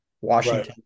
Washington